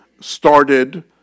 started